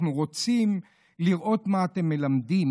אנחנו רוצים לראות מה אתם מלמדים.